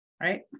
Right